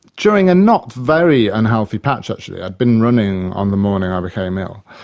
during a not very unhealthy patch, actually, i'd been running on the morning i became ill,